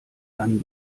dann